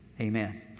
amen